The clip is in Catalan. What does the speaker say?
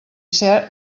ser